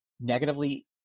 negatively